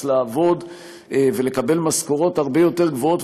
לעבוד ולקבל משכורות הרבה יותר גבוהות,